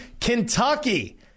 Kentucky